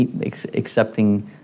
accepting